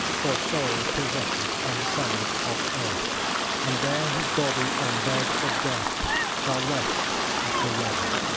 for soul-possessors, and sons of earth and there his body on bed of death shall rest after revel.